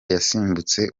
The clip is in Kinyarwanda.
yasimbutse